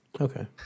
Okay